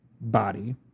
body